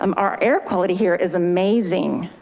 um our air quality here is amazing,